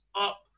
up